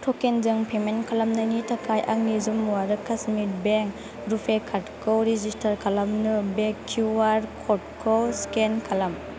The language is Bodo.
ट'केनजों पेमेन्ट खालामनायनि थाखाय आंनि जम्मु आरो कास्मिर बेंक रुपे कार्डखौ रेजिस्टार खालामनो बे किउआर क'डखौ स्केन खालाम